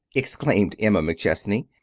exclaimed emma mcchesney.